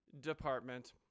Department